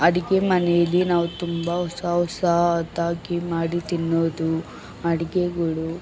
ಅಡಿಗೆ ಮನೇಲಿ ನಾವು ತುಂಬ ಹೊಸ ಹೊಸದಾಗಿ ಮಾಡಿ ತಿನ್ನೋದು ಅಡಿಗೆಗಳು